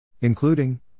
Including